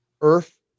Earth